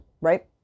right